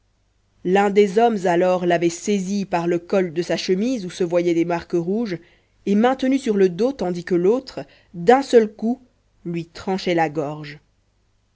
l'un des hommes alors l'avait saisie par le col de sa chemise où se voyaient des marques rouges et maintenu sur le dos tandis que l'autre d'un seul coup lui tranchait la gorge